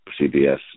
CBS